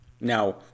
now